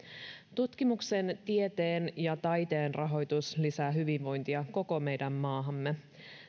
tutkimuksen tieteen ja taiteen rahoitus lisää hyvinvointia koko meidän maahamme